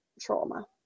trauma